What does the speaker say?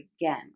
again